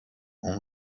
اون